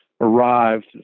arrived